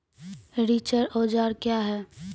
रिचर औजार क्या हैं?